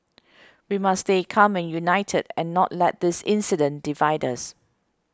we must stay calm and united and not let this incident divide us